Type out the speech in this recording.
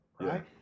right